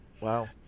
Wow